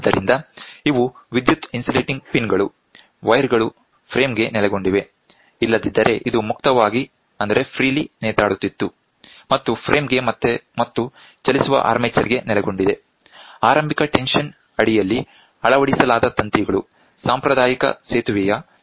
ಆದ್ದರಿಂದ ಇವು ವಿದ್ಯುತ್ ಇನ್ಸುಲೇಟಿಂಗ್ ಪಿನ್ ಗಳು ವೈರ್ ಗಳು ಫ್ರೇಮ್ ಗೆ ನೆಲೆಗೊಂಡಿವೆ ಇಲ್ಲದಿದ್ದರೆ ಇದು ಮುಕ್ತವಾಗಿ ನೇತಾಡುತ್ತಿತ್ತು ಮತ್ತು ಫ್ರೇಮ್ ಗೆ ಮತ್ತು ಚಲಿಸುವ ಆರ್ಮೆಚರ್ ಗೆ ನೆಲೆಗೊಂಡಿದೆ ಆರಂಭಿಕ ಟೆನ್ಷನ್ ಅಡಿಯಲ್ಲಿ ಅಳವಡಿಸಲಾದ ತಂತಿಗಳು ಸಾಂಪ್ರದಾಯಿಕ ಸೇತುವೆಯ ಸರ್ಕ್ಯೂಟ್ನ ಸಕ್ರಿಯ ಕಾಲುಗಳನ್ನು ರೂಪಿಸುತ್ತವೆ